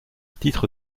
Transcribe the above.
titre